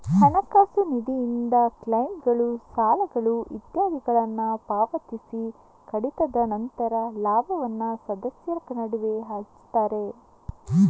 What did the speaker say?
ಹಣಕಾಸು ನಿಧಿಯಿಂದ ಕ್ಲೈಮ್ಗಳು, ಸಾಲಗಳು ಇತ್ಯಾದಿಗಳನ್ನ ಪಾವತಿಸಿ ಕಡಿತದ ನಂತರ ಲಾಭವನ್ನ ಸದಸ್ಯರ ನಡುವೆ ಹಂಚ್ತಾರೆ